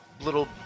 little